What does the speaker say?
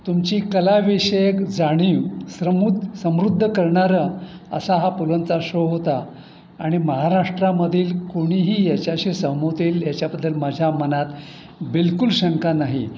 तुमची कलाविषयक जाणीव स्रमू समृद्ध करणारा असा हा पु लंचा शो होता आणि महाराष्ट्रामधील कोणीही याच्याशी सहमत होतील याच्याबद्दल माझ्या मनात बिलकुल शंका नाही